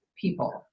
people